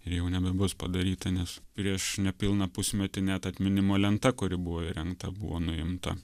ir jau nebebus padaryta nes prieš nepilną pusmetį net atminimo lenta kuri buvo įrengta buvo nuimta